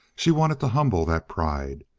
she wanted to humble that pride.